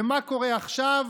ומה קורה עכשיו?